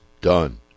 done